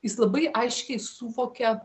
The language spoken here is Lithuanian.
jis labai aiškiai suvokė